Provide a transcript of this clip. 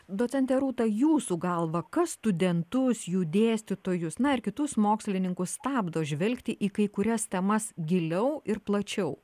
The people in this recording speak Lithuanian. docente rūta jūsų galva kas studentus jų dėstytojus na ir kitus mokslininkus stabdo žvelgti į kai kurias temas giliau ir plačiau